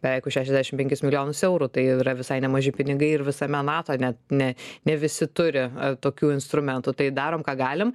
beveik už šešiasdešimt penkis milijonus eurų tai yra visai nemaži pinigai ir visame nato net ne ne visi turi tokių instrumentų tai darom ką galime